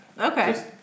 okay